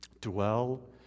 Dwell